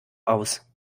aus